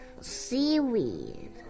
seaweed